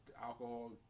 alcohol